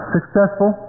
Successful